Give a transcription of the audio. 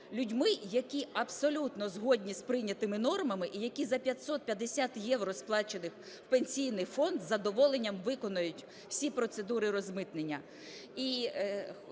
Людьми, які абсолютно згодні з прийнятими нормами і які за 550 євро, сплачених в Пенсійний фонд, з задоволенням виконають всі процедури розмитнення.